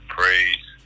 praise